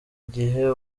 igihe